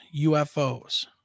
UFOs